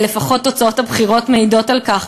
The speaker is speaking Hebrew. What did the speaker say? לפחות תוצאות הבחירות מעידות על כך,